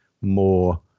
more